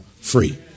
free